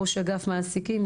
ראש אגף מעסיקים,